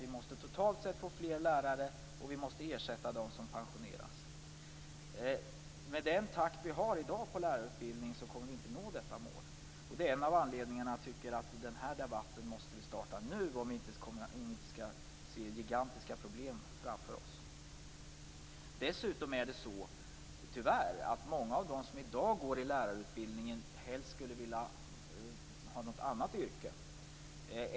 Vi måste totalt sett få fler lärare och vi måste ersätta dem som pensioneras. Med den takt vi har i dag på lärarutbildningen kommer vi inte att nå detta mål. Det är en av anledningarna till att jag tycker att vi måste starta den här debatten nu om vi inte skall se gigantiska problem framför oss. Dessutom är det så, tyvärr, att många av dem som i dag går i lärarutbildningen helst skulle vilja ha något annat yrke.